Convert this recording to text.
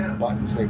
buttons